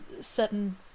certain